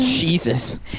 Jesus